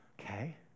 Okay